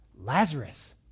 Lazarus